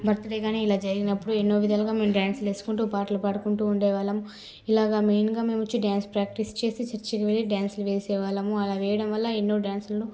birthday కానీ ఇలా జరిగినప్పుడు ఎన్నో విధాలుగా మేమ్ డ్యాన్సులు ఏసుకుంటూ పాటలు పాడుకుంటూ ఉండేవాళ్లం ఇలాగా మెయిన్గా మేము వచ్చి డ్యాన్స్ ప్రాక్టీస్ చేసి చర్చుకి వెళ్లి డ్యాన్సులు వేసేవాళ్లం అలా వేయడం వల్ల ఎన్నో డ్యాన్సులను